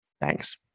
Thanks